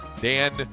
dan